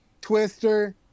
Twister